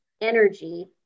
energy